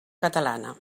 catalana